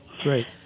Great